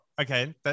Okay